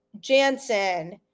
Jansen